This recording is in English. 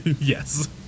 Yes